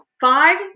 five